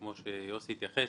כמו שיוסי התייחס,